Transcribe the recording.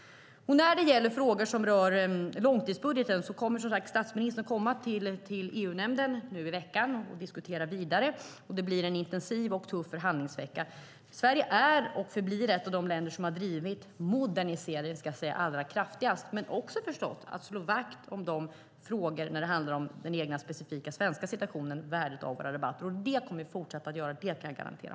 När det gäller frågor som rör långtidsbudgeten kommer statsministern till EU-nämnden till veckan och diskuterar vidare. Det blir en intensiv och tuff förhandlingsvecka. Sverige är och förblir ett av de länder som allra hårdast driver frågan om moderniseringen, men vi slår förstås också vakt om de frågor som gäller den specifika svenska situationen. Det kommer vi att fortsätta att göra. Det kan jag garantera.